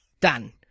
Done